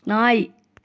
நாய்